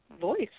voice